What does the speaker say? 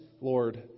Lord